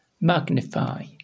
Magnify